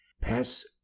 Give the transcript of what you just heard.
pass